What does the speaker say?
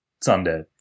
Sunday